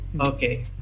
Okay